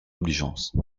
obligeance